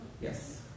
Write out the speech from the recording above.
Yes